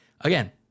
again